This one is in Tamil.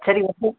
சரி ஓகே